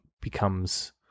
becomes